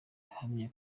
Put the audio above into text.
ahamya